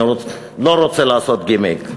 אני לא רוצה לעשות גימיק,